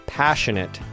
passionate